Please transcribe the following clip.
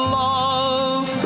love